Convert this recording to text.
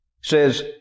says